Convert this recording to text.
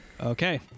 Okay